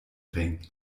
ring